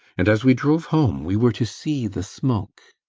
and as we drove home, we were to see the smoke.